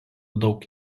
daug